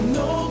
no